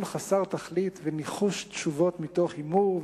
חסר תכלית וניחוש תשובות מתוך הימור,